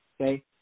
Okay